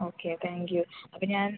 okay thank you അപ്പം ഞാൻ